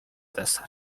deser